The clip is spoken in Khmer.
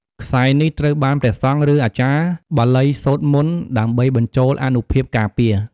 ខ្សែនេះត្រូវបានព្រះសង្ឃ ឬអាចារ្យបាលីសូត្រមន្តដើម្បីបញ្ចូលអានុភាពការពារ។